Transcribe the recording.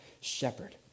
shepherd